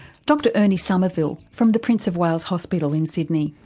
dr ernie summerville from the prince of wales hospital in sydney.